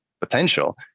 potential